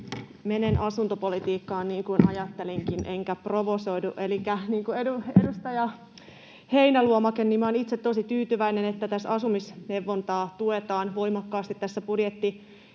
Menen asuntopolitiikkaan niin kuin ajattelinkin, enkä provosoidu. Niin kuin edustaja Heinäluomakin, minä olen itse tosi tyytyväinen, että asumisneuvontaa tuetaan voimakkaasti tässä